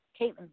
Caitlin